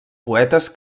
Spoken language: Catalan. poetes